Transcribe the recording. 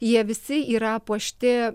jie visi yra puošti